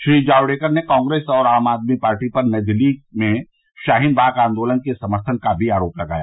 श्री जावड़ेकर ने कांग्रेस और आम आदमी पार्टी पर नई दिल्ली में शाहीन बाग आंदोलन के समर्थन का भी आरोप लगाया